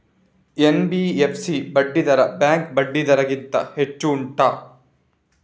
NBFC ಬಡ್ಡಿ ದರ bank ಬಡ್ಡಿ ದರ ಗಿಂತ ಹೆಚ್ಚು ಉಂಟಾ